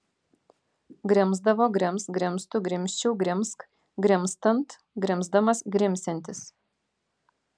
grimzdavo grims grimztų grimzčiau grimzk grimztant grimzdamas grimsiantis